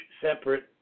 separate